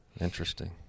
Interesting